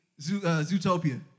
Zootopia